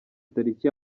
tariki